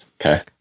Okay